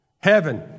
Heaven